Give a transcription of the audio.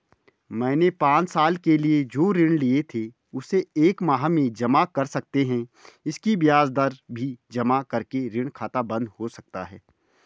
मैंने पांच साल के लिए जो ऋण लिए थे उसे एक माह में जमा कर सकते हैं इसकी ब्याज दर भी जमा करके ऋण खाता बन्द हो सकता है?